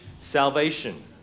salvation